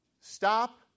Stop